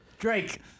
Drake